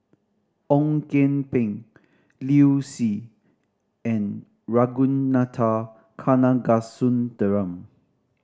Ong Kian Peng Liu Si and Ragunathar Kanagasuntheram